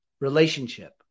relationship